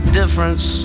difference